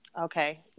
Okay